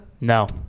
No